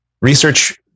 research